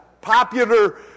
popular